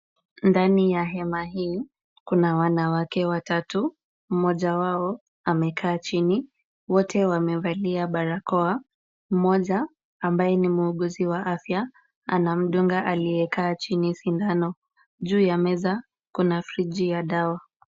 Ndani ya hema hii kuna wanawake watatu, mmoja wao amekaa chini. Wote wamevalia barakoa. Mmoja ambaye ni muuguzi wa afya anamdunga aliyekaa chini sindano. Juu ya meza kuna friji ya dawa.